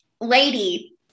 lady